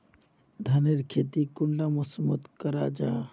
धानेर खेती कुंडा मौसम मोत करा जा?